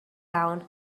down